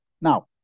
Now